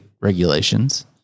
regulations